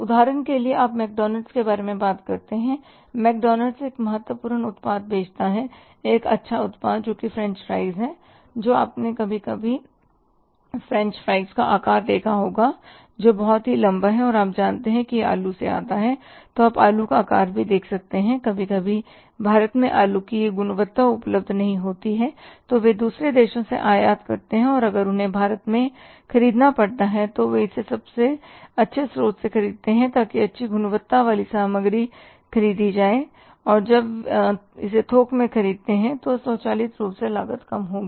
उदाहरण के लिए आप मैकडॉनल्ड्स के बारे में बात करते हैं मैकडॉनल्ड्स एक महत्वपूर्ण उत्पाद बेचता है एक अच्छा उत्पाद जो फ्रेंच फ्राइज़ है और आपने कभी कभी फ्रेंच फ्राइज़ का आकार देखा होगा जो बहुत लंबा है और आप जानते हैं कि यह आलू से आता है तो आप आलू का आकार भी देख सकते हैं कभी कभी भारत में आलू की यह गुणवत्ता उपलब्ध नहीं होती है तो वे दूसरे देशों से आयात करते हैं और अगर उन्हें भारत में खरीदना पड़ता है तो वे इसे सबसे अच्छे स्रोत से खरीदते हैं ताकि अच्छी गुणवत्ता वाली सामग्री खरीदी जाए और जब से वे थोक में खरीदे तो स्वचालित रूप से लागत कम होगी